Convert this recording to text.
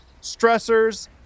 stressors